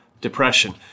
depression